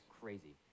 Crazy